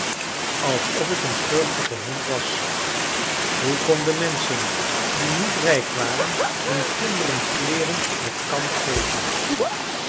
alsof ik een schurftige hond was hoe konden menschen die niet rijk waren hun kinderen kleeren met kant geven